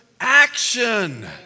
action